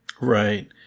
Right